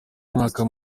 umwaka